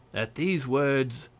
at these words,